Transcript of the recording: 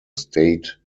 state